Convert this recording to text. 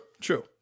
true